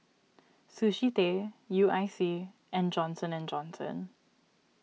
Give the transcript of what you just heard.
Sushi Tei U I C and Johnson Johnson